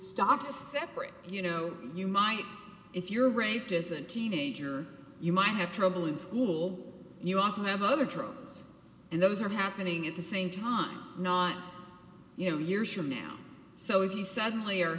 stop to separate you know you might if you're raped as a teenager you might have trouble in school you also have other drugs and those are happening at the same time not you know years from now so if you suddenly